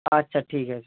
আচ্ছা ঠিক আছে